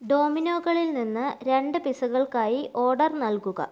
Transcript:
ഡോമിനോകളിൽ നിന്ന് രണ്ട് പിസ്സകൾക്കായി ഓർഡർ നൽകുക